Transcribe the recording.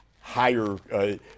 higher